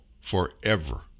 forever